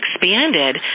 expanded